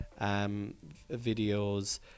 videos